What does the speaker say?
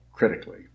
Critically